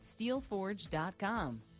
steelforge.com